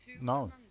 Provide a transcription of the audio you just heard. No